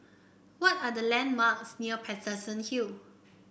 what are the landmarks near Paterson Hill